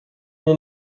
ina